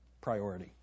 Priority